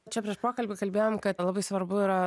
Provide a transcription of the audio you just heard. čia prieš pokalbį kalbėjom kad labai svarbu yra